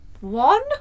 one